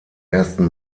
ersten